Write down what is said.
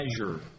measure